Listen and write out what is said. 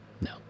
No